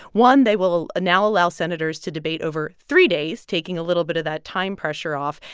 one, they will now allow senators to debate over three days, taking a little bit of that time pressure off,